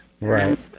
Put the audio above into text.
Right